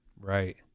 Right